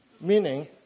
Meaning